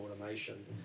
automation